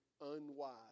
unwise